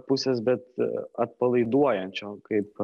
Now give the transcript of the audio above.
pusės bet atpalaiduojančio kaip